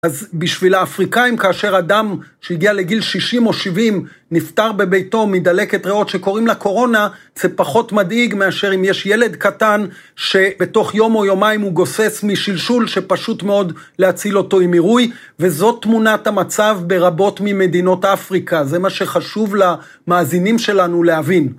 אז בשביל האפריקאים, כאשר אדם שהגיע לגיל 60 או 70 נפטר בביתו מדלקת ריאות שקוראים לה קורונה, זה פחות מדאיג מאשר אם יש ילד קטן שבתוך יום או יומיים הוא גוסס משלשול שפשוט מאוד להציל אותו עם עירוי, וזאת תמונת המצב ברבות ממדינות אפריקה, זה מה שחשוב למאזינים שלנו להבין.